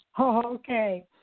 Okay